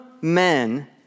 men